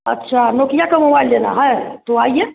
अच्छा नोकिया का मोबाइल लेना है तो आइए